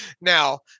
now